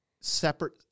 separate